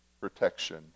protection